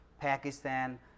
Pakistan